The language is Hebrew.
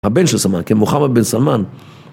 הבן של סלמן, כן, מוחמד בן סלמן.